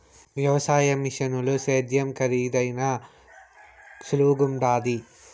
వ్యవసాయ మిషనుల సేద్యం కరీదైనా సులువుగుండాది